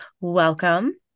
Welcome